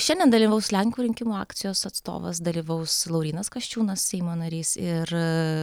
šiandien dalyvaus lenkų rinkimų akcijos atstovas dalyvaus laurynas kasčiūnas seimo narys ir